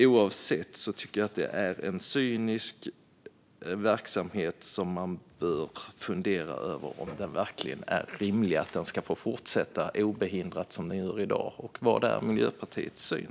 Oavsett vilket tycker jag att det är en cynisk verksamhet och att man bör fundera över om det verkligen är rimligt att den obehindrat ska få fortsätta som i dag. Vad är Miljöpartiets syn?